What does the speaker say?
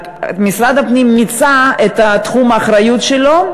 אלא שמשרד הפנים מיצה את תחום האחריות שלו,